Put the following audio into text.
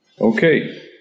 Okay